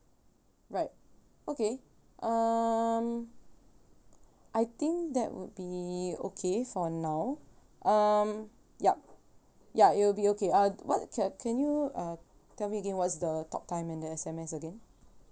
right okay um I think that would be okay for now um yup ya it'll be okay uh what c~ can you uh tell me again what's the talk time and the S_M_S again